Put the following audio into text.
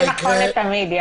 זה נכון לתמיד.